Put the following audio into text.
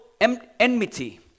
enmity